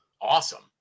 awesome